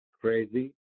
crazy